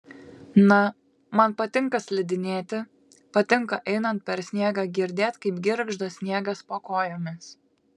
na man patinka slidinėti patinka einant per sniegą girdėt kaip girgžda sniegas po kojomis